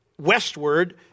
westward